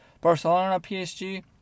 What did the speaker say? Barcelona-PSG